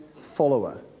follower